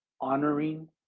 honoring